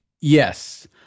yes